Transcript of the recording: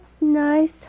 nice